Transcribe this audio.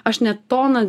aš net toną